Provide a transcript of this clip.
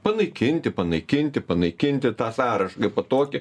panaikinti panaikinti panaikinti tą sąraš kaipo tokį